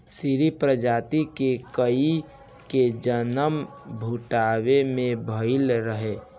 सीरी प्रजाति के गाई के जनम भूटान में भइल रहे